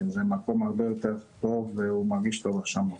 שזה מקום הרבה יותר טוב והוא מרגיש טוב שם.